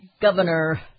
Governor